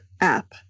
app